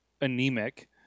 anemic